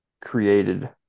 created